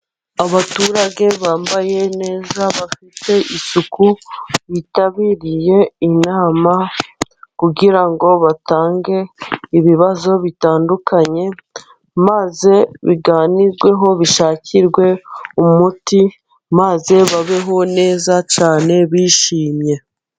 Abaturage bambaye neza bafite isuku bitabiriye inama, kugira ngo batange ibibazo bitandukanye maze biganirweho, bishakirwe umuti maze babeho neza cyane bishimye.